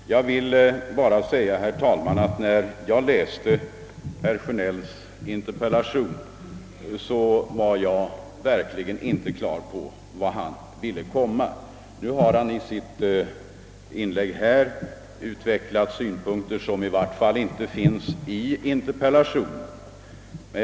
Jag vill bara säga, herr talman, att när jag läste herr Sjönells interpellation var jag verkligen inte på det klara med vart han ville komma. Nu har herr Sjönell i sitt inlägg här utvecklat synpunkter som i varje fall inte finns i interpellationen.